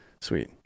sweet